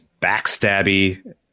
backstabby